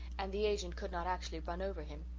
and the agent could not actually run over him.